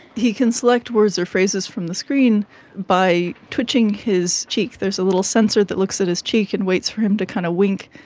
he can select words or phrases from the screen by twitching his cheek, there's a little sensor that looks at his cheek and waits for him to kind of wink,